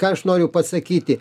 ką aš noriu pasakyti